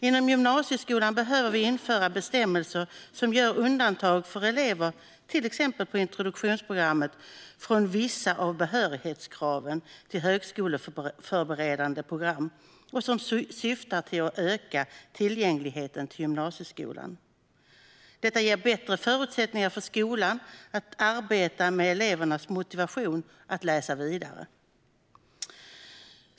Inom gymnasieskolan behöver vi införa bestämmelser som gör undantag för elever till exempel på introduktionsprogrammet från vissa av behörighetskraven till högskoleförberedande program som syftar till att öka tillgängligheten till gymnasieskolan. Det ger bättre förutsättningar för skolan att arbeta med elevernas motivation att läsa vidare.